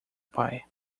pai